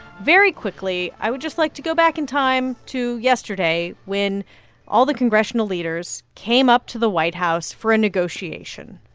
very quickly, i would just like to go back in time to yesterday, when all the congressional leaders came up to the white house for a negotiation.